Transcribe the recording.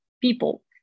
people